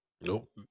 Nope